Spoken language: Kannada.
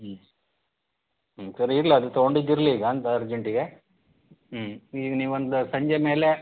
ಹ್ಞೂ ಹ್ಞೂ ಸರಿ ಇರ್ಲಿ ಅದು ತೊಗೊಂಡಿದ್ದು ಇರಲಿ ಈಗ ಒಂದು ಅರ್ಜೆಂಟಿಗೆ ಹ್ಞೂ ಈಗ ನೀವೊಂದು ಸಂಜೆ ಮೇಲೆ